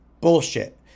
Bullshit